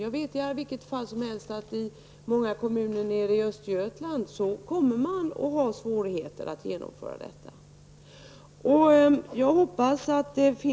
Jag vet i alla fall att man i många kommuner i Östergötland kommer att ha svårigheter att genomföra detta.